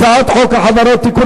הצעת חוק החברות (תיקון,